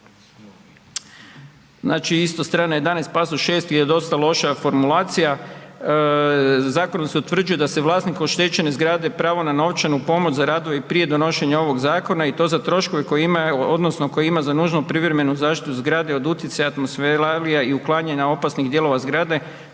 Znači isto strana 11 pasus 6 je dosta loša formulacija, zakonom se utvrđuje da se vlasnik oštećene zgrade pravo na novčanu pomoć za radove i prije donošenje ovog zakona i to za troškove koje ima, evo odnosno koje ima za nužno privremenu zaštitu zgrade od utjecaja atmosfelalija i uklanjanja opasnih dijelova zgrade